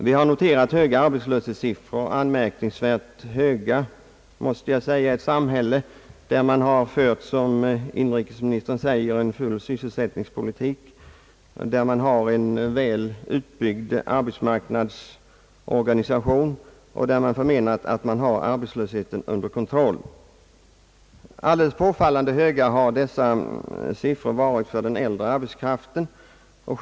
Vi har noterat höga arbetslöshetssiffror; anmärkningsvärt höga i ett samhälle där man — som inrikesministern säger — har fört den fulla sysselsättningens politik, där man har en väl utbyggd arbetsmarknadsorganisation och där man förmenat att man har arbetslösheten under kontroll. Särskilt höga har siffrorna varit för den äldre arbetskraften.